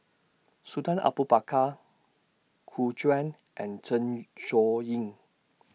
Sultan Abu Bakar Gu Juan and Zeng Shouyin